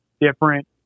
different